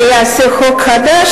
אני אעשה חוק חדש,